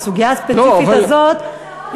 הסוגיה הספציפית הזאת,